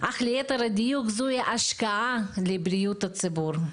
אך ליתר דיוק זו השקעה לבריאות הציבור,